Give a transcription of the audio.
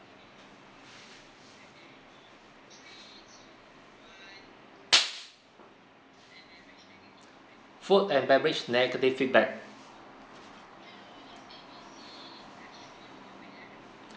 food and beverage negative feedback